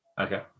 okay